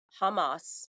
Hamas